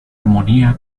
armonía